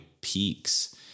peaks